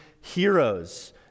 heroes